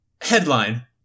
Headline